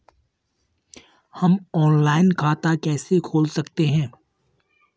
हम ऑनलाइन खाता कैसे खोल सकते हैं?